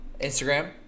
Instagram